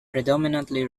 predominantly